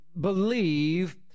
believe